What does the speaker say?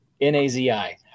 N-A-Z-I